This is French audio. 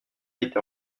été